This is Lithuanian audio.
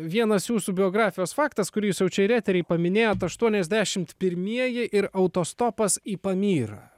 vienas jūsų biografijos faktas kurį jūs jau čia ir etery paminėjot aštuoniasdešimt pirmieji ir autostopas į pamyrą